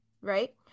Right